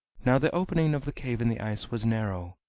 now the opening of the cave in the ice was narrow,